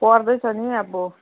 पढ्दैछ नि अब